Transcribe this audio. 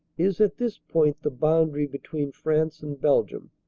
is at this point the boundary between france and belgium,